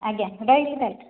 ଆଜ୍ଞା ରହିଲି ତା'ହେଲେ